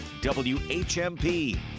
WHMP